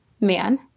man